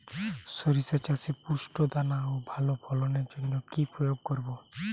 শরিষা চাষে পুষ্ট দানা ও ভালো ফলনের জন্য কি প্রয়োগ করব?